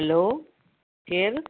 hello केरु